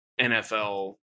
NFL